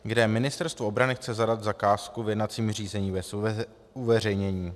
, kde Ministerstvo obrany chce zadat zakázku v jednacím řízení bez uveřejnění.